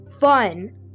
fun